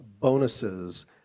bonuses